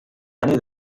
eine